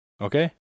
Okay